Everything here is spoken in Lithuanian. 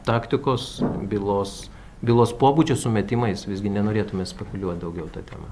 taktikos bylos bylos pobūdžio sumetimais visgi nenorėtume spekuliuot daugiau ta tema